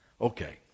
Okay